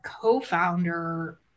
co-founder